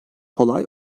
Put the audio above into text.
kolay